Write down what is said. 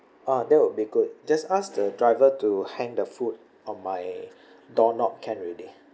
oh that would be good just ask the driver to hang the food on my doorknob can already